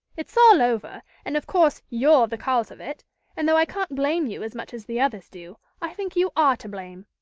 it's all over, and of course you're the cause of it and, though i can't blame you as much as the others do, i think you are to blame.